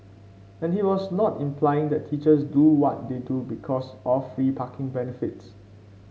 and he was also not implying that teachers do what they do because of free parking benefits